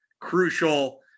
crucial